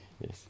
Yes